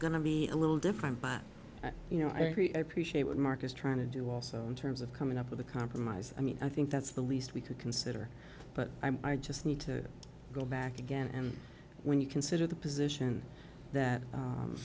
to be a little defined by you know i agree i appreciate what mark is trying to do also in terms of coming up with a compromise i mean i think that's the least we could consider but i just need to go back again and when you consider the position that